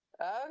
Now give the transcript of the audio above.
Okay